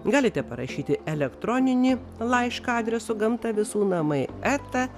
galite parašyti elektroninį laišką adresu gamta visų namai eta